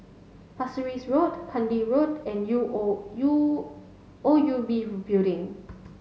Pasir Ris Road Kandi Road and U O U O U B Building